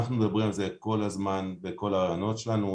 אנחנו מדברים על זה כל הזמן בכל הראיונות שלנו.